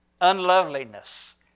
unloveliness